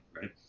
right